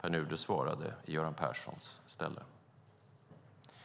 Pär Nuder svarade i Göran Perssons ställe.